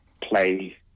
play